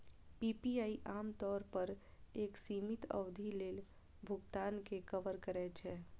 PPI आम तौर पर एक सीमित अवधि लेल भुगतान कें कवर करै छै